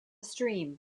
stream